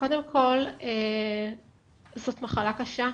קודם כל, זאת מחלה קשה.